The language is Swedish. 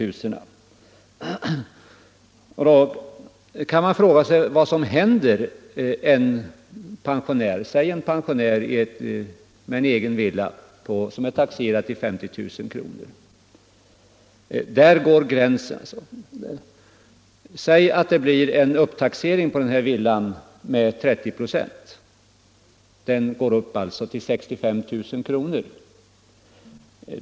Man kan då fråga sig vad som händer en pensionär med en egen villa som är taxerad till 50 000 kr. Gränsen går där. Säg att det blir en upptaxering på den här villan med 30 96. Den går alltså upp i pris till 65 000 kr.